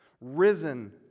risen